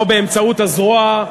או באמצעות הזרוע,